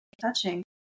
touching